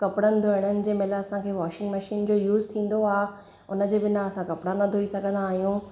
कपिड़नि धोपिजणु जंहिं महिल असांखे वॉशिंग मशीन जो यूस थींदो आहे उनजे बिना असां कपिड़ा न धोई सघंदा आहियूं